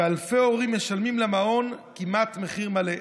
ואלפי הורים משלמים למעון כמעט מחיר מלא,